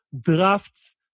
drafts